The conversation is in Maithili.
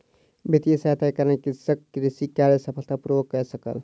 वित्तीय सहायता के कारण कृषक कृषि कार्य सफलता पूर्वक कय सकल